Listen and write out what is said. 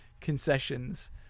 concessions